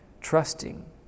trusting